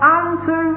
unto